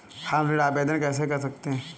हम ऋण आवेदन कैसे कर सकते हैं?